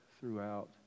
throughout